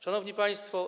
Szanowni Państwo!